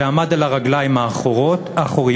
עמד על הרגליים האחוריות,